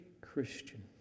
Christian